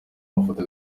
amafoto